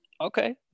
Okay